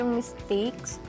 mistakes